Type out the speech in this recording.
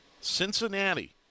cincinnati